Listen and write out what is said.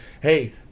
hey